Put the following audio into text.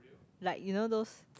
like you know those